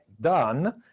done